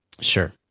Sure